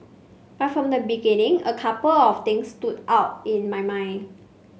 but from the beginning a couple of things stood out in my mind